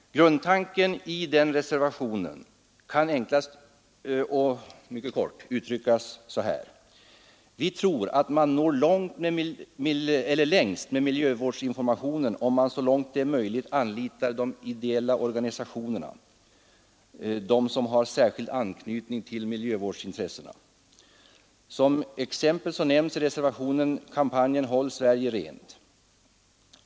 Grundtanken i den reservationen kan enklast och kortast uttryckas så här: Vi tror att man når längst med miljövårdsinformationen om man så långt det är möjligt anlitar de ideella organisationerna med särskild anknytning till miljövårdsintressena. Som exempel nämns i reservationen kampanjen Håll Sverige rent.